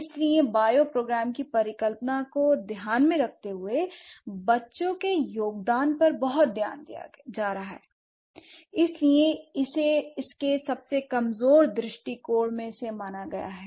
इसलिए बायोप्रोग्राम की परिकल्पना को ध्यान में रखते हुए बच्चों के योगदान पर बहुत ध्यान दिया जा रहा है इसलिए इसे इसके सबसे कमजोर दृष्टिकोणों में से एक माना गया है